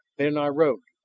then i rode.